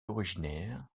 originaire